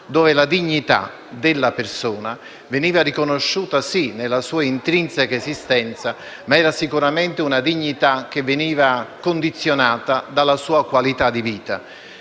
dove la dignità della persona veniva riconosciuta, sì, nella sua intrinseca esistenza, ma era sicuramente una dignità che veniva condizionata dalla sua qualità di vita.